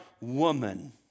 woman